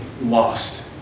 lost